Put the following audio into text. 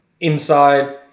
inside